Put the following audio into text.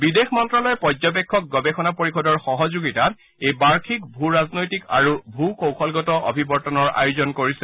বিদেশ মন্ত্ৰালয়ে পৰ্যবেক্ষক গৱেষণা পৰিষদৰ সহযোগিতাত এই বাৰ্যিক ভূ ৰাজনৈতিক আৰু ভূ কৌশলগত অভিৱৰ্তনৰ আয়োজন কৰিছে